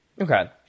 Okay